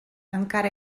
encara